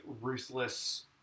ruthless